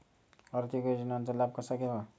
आर्थिक योजनांचा लाभ कसा घ्यावा?